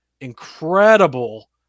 Incredible